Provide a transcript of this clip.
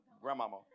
grandmama